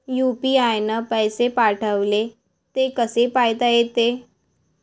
UPI न पैसे पाठवले, ते कसे पायता येते?